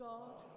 God